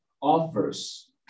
offers